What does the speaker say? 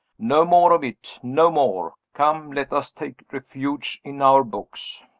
no more of it no more. come! let us take refuge in our books.